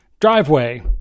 driveway